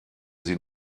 sie